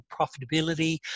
profitability